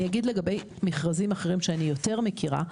אני אגיד לגבי מכרזים אחרים שאני יותר מכירה.